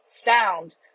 sound